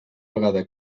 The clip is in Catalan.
vegada